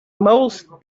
most